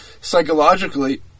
psychologically